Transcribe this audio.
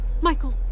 Michael